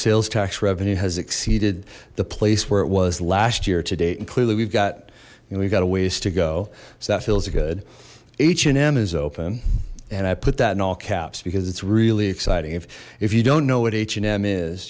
sales tax revenue has exceeded the place where it was last year to date and clearly we've got we've got a ways to go so that feels good h and m is open and i put that in all caps because it's really exciting if if you don't know what h and m is